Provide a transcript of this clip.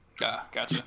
gotcha